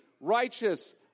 righteous